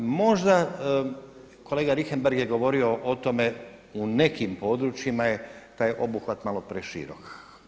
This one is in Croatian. Možda kolega Richembergh je govorio o tome u nekim područjima je taj obuhvat malo preširok.